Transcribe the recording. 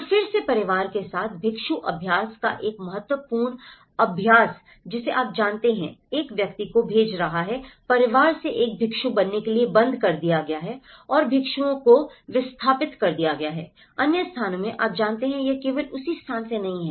तो फिर से परिवार के साथ भिक्षु अभ्यास का एक महत्वपूर्ण अभ्यास जिसे आप जानते हैं एक व्यक्ति को भेज रहा है परिवार से एक भिक्षु बनने के लिए बंद कर दिया गया है और भिक्षुओं को विस्थापित कर दिया गया है अन्य स्थानों से आप जानते हैं यह केवल उसी स्थान से नहीं है